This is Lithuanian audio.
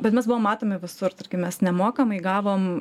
bet mes buvom matomi visur tarkim mes nemokamai gavom